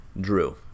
Drew